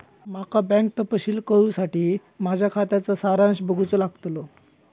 माका बँक तपशील कळूसाठी माझ्या खात्याचा सारांश बघूचो लागतलो